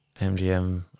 MGM